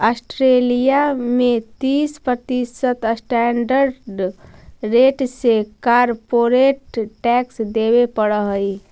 Australia में तीस प्रतिशत स्टैंडर्ड रेट से कॉरपोरेट टैक्स देवे पड़ऽ हई